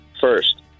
first